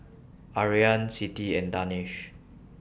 Aryan Siti and Danish